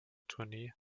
tournee